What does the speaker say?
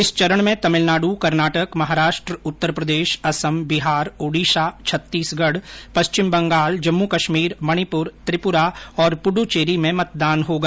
इस चरण में तमिलनाडु कर्नाटक महाराष्ट्र उत्तर प्रदेश असम बिहार ओडिसा छत्तीसगढ़ पश्चिम बंगाल जम्मू कश्मीर मणिपुर त्रिपुरा और पुद्दुचेरी में मतदान होगा